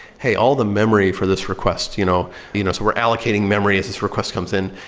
hey, all the memory for this request you know you know so we're allocating memory as this request comes in.